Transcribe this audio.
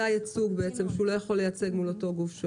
זה הייצוג, שהוא לא יכול לייצג מול אותו גוף.